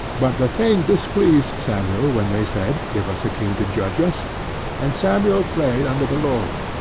but the thing displeased samuel when they said, give us a king to judge us and samuel prayed unto the lord,